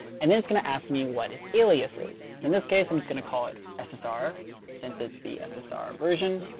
and it's going to ask me what it alias is. in this case, i'm just going to call it ssr since it's the ssr version.